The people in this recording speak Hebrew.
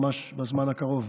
ממש בזמן הקרוב.